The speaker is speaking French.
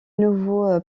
nouveau